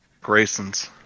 Grayson's